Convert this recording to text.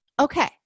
okay